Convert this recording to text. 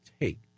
take